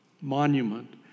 monument